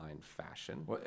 fashion